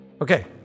Okay